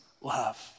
love